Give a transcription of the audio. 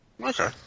Okay